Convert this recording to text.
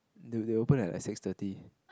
they would they open at like six thirty